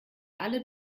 alle